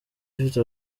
ifite